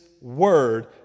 word